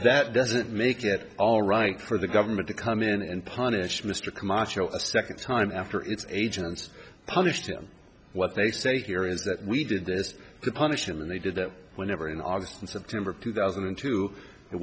that doesn't make it all right for the government to come in and punish mr camacho a second time after its agents punished him what they said here is that we did this to punish him and they did it whenever in august and september of two thousand